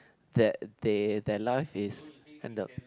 that they their life is kind of